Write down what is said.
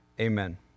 Amen